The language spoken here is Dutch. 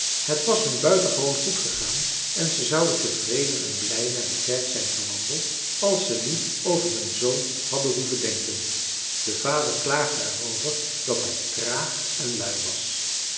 het was hun buitengewoon goed gegaan en ze zouden tevreden en blij naar de kerk zijn gewandeld als ze niet over hun zoon hadden hoeven denken de vader klaagde er over dat hij traag en lui was